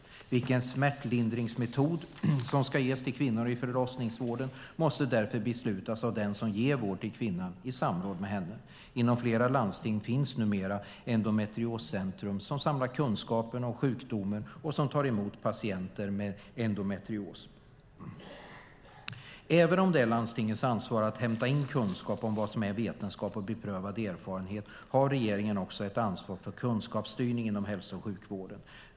Vilken smärtlindringsmetod som ska ges till kvinnor i förlossningsvården måste därför beslutas av den som ger vård till kvinnan i samråd med henne. Inom flera landsting finns numera endometrioscentrum som samlar kunskap om sjukdomen och som tar emot patienter med endometrios. Även om det är landstingens ansvar att hämta in kunskap om vad som är vetenskap och beprövad erfarenhet har regeringen också ett ansvar för kunskapsstyrning inom hälso och sjukvården.